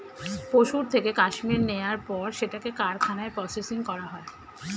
পশুর থেকে কাশ্মীর নেয়ার পর সেটাকে কারখানায় প্রসেসিং করা হয়